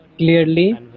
Clearly